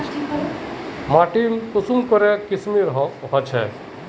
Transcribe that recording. माटी कुंसम करे किस्मेर होचए?